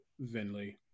Vinley